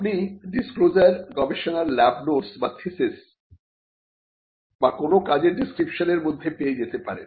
আপনি ডিসক্লোজার গবেষণার lab notes বা থিসিস বা কোন কাজের ডেসক্রিপশন এর মধ্যে পেয়ে যেতে পারেন